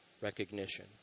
recognition